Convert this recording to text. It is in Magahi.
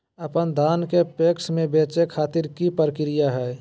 अपन धान के पैक्स मैं बेचे खातिर की प्रक्रिया हय?